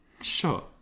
Sure